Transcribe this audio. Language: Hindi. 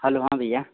हलो हाँ भईया